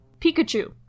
Pikachu